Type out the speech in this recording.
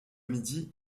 midi